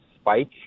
spike